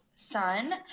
son